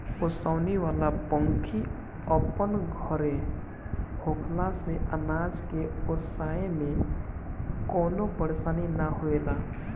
ओसवनी वाला पंखी अपन घरे होखला से अनाज के ओसाए में कवनो परेशानी ना होएला